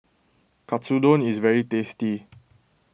Katsudon is very tasty